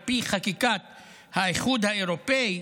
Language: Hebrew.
על פי חקיקת האיחוד האירופי,